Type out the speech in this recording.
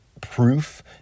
proof